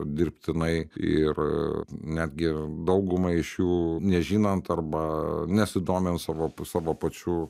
dirbtinai ir netgi daugumai iš jų nežinant arba nesidomint savo pus savo pačių